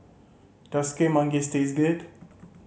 does Kueh Manggis taste good